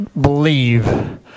believe